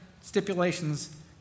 stipulations